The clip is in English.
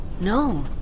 No